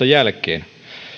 jälkeen